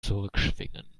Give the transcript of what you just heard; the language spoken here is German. zurückschwingen